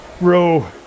row